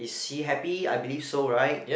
is she happy I believe so right